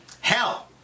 Hell